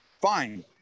fine